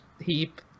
heap